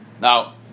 Now